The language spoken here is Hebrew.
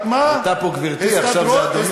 הייתה פה גברתי, עכשיו זה אדוני.